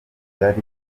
byari